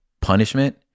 punishment